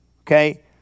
okay